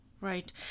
Right